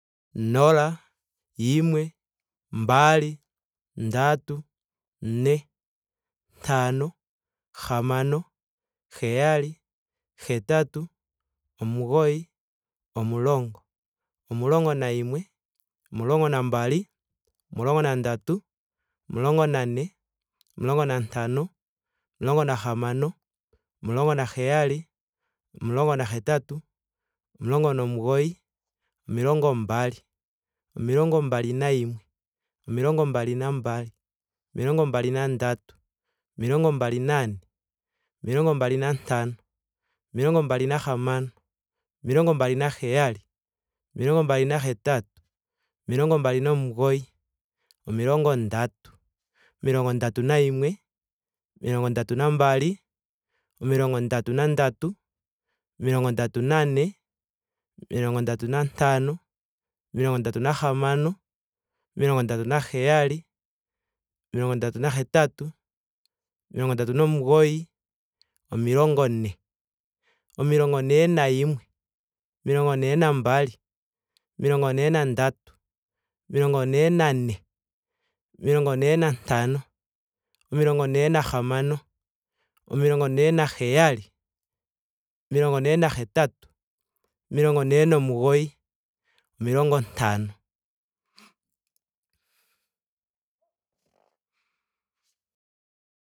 Nola. Yimwe. mbali. ndatu. ne ntano. hamano. heyali. hetatu. omugoyi. omulongo. omulongo nayimwe. omulingo nambali. omulongo na ndatu. omulongo nane. omulongo nantano. omulongo nahamano. omulongo naheyali. omulongo na hetatu. omulongo nomugoyi. omilongo mbali. omilongo mbali nayimwe. omilongo mbali na mbali. omilongo mbali nandatu. omilongo mbali na ne. omilongo mbali nantano. omilongo mbali nahamano. omilongo mbali na heyali. omilongo mbali na hetatu. omilongo mbali nomugoyi. omilongo ndatu. omilongo ndatu nayimwe. omilongo ndatu nambali. omilongo ndatu na ndatu. omilongo ndatu na ne. omilongo ndatu nantano. omilongo nahamano. omilongo ndatu na heyali. omilongo ndatu na hetatu. omilongo ndatu nomugoyi. omilongo ne. omilongo ne nayimwe. omilongo ne nambali. omilongo ne nandatu. omilongo ne nane. omilongo ne nantano. omilongo ne nahamano. omilongo ne naheyali. omilongo nena hetatu. omilongo ne nomugoyi. omilongo ntano